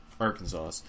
Arkansas